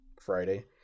friday